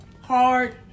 hard